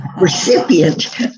recipient